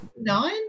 Nine